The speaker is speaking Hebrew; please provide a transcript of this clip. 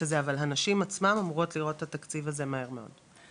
אבל הנשים עצמן אמורות לראות את התקציב הזה מהר מאוד,